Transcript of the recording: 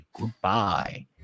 goodbye